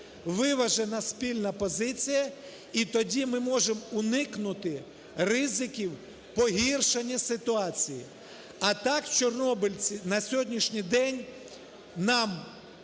виважена спільна позиція і тоді ми можемо уникнути ризиків погіршення ситуації. А так чорнобильці на сьогоднішній день нам